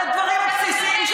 על הדברים הבסיסיים,